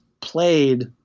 played